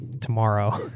tomorrow